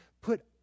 put